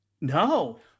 No